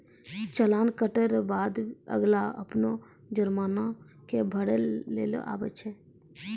चालान कटे रो बाद अगला अपनो जुर्माना के भरै लेली आवै छै